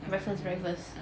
mm